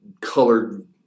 colored